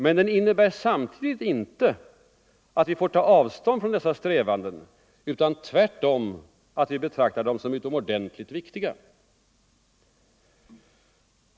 Men den ”innebär samtidigt inte att vi får ta avstånd från dessa strävanden utan tvärtom att vi betraktar dem som utomordentligt viktiga”.